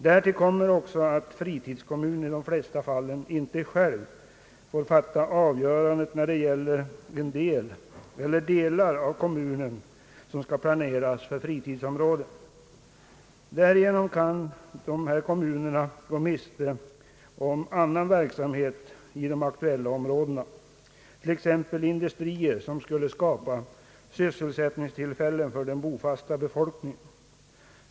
Därtill kommer också att fritidskommunen oftast inte själv får fatta avgörandet när det gäller den del eller de delar som skall planeras för fritidsområden. Därigenom kan dessa kommuner gå miste om annan verksamhet inom de aktuella områdena, t.ex. industrier som skulle skapa sysselsättningstillfällen för den bofasta befolkningen.